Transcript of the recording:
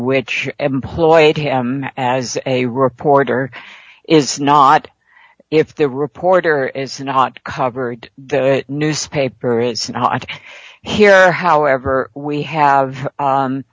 which employed him as a reporter is not if the reporter is covered the newspaper is not here however we have